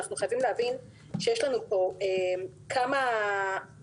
אנחנו חייבים להבין שיש לנו פה כמה חסמים.